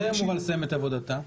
מתי היא אמורה לסיים את עבודתה?